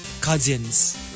cousins